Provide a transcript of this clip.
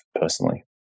personally